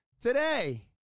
today